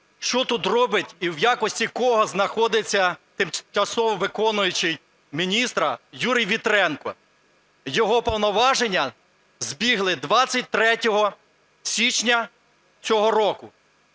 що тут робить і в якості кого знаходиться тимчасово виконуючий міністра Юрій Вітренко? Його повноваження збігли 23 січня цього року.